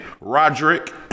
Roderick